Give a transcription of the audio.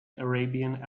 arabian